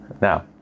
Now